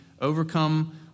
overcome